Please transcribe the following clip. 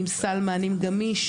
עם סל מענים גמיש,